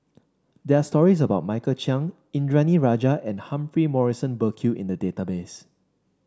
there are stories about Michael Chiang Indranee Rajah and Humphrey Morrison Burkill in the database